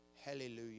hallelujah